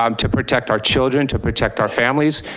um to protect our children, to protect our families,